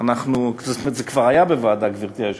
זה כבר היה בוועדה, גברתי היושבת-ראש,